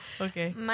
Okay